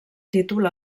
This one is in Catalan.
títol